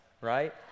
right